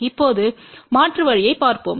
இப்போது மாற்று வழியைப் பார்ப்போம்